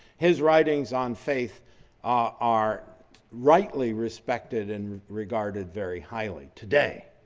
his writings on faith are rightly respected and regarded very highly today.